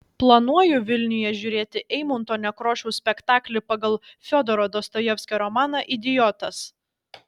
planuoju vilniuje žiūrėti eimunto nekrošiaus spektaklį pagal fiodoro dostojevskio romaną idiotas